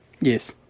Yes